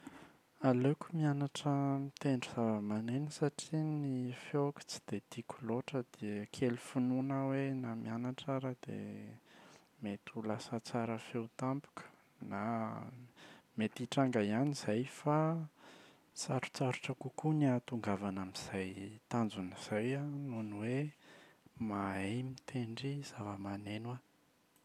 Aleoko mianatra mitendry zava-maneno satria ny feoko tsy dia tiako loatra dia kely finoana aho hoe na mianatra ary dia mety ho lasa tsara feo tampoka na mety hitranga ihany izay fa sarotsarotra kokoa ny ahatongavana amin’izay tanjona izay noho ny hoe mahay mitendry zava-maneno aho.